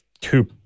two